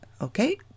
Okay